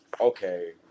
Okay